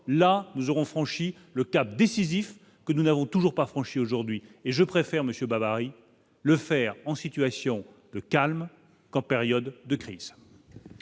là nous aurons franchi le cap décisif que nous n'avons toujours pas franchi aujourd'hui et je préfère monsieur Bovary le faire en situation le calme qu'en période de crise.